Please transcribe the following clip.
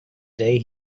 day